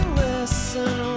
listen